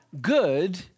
good